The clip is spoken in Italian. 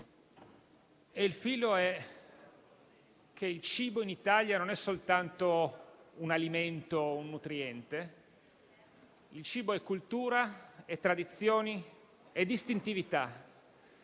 quello per cui il cibo in Italia non è soltanto un alimento o un nutriente, ma è anche cultura, tradizioni e distintività.